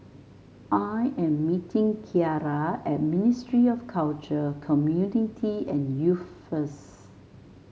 I am meeting Kierra at Ministry of Culture Community and Youth first